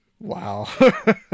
Wow